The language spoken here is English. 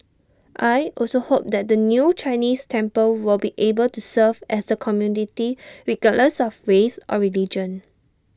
I also hope that the new Chinese temple will be able to serve at the community regardless of race or religion